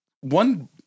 One